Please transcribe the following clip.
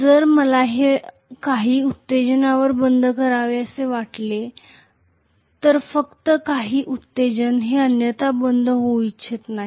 जर मला हे काही उत्तेजनावर बंद करावेसे वाटले असल्यास फक्त काही उत्तेजन ते अन्यथा बंद होऊ इच्छित नाही